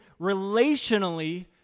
relationally